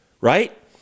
right